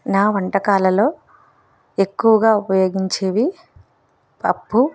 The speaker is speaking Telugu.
నా వంటకాలలో ఎక్కువగా ఉపయోగించేవి పప్పు